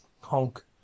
honk